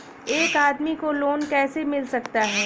एक आदमी को लोन कैसे मिल सकता है?